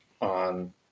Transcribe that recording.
on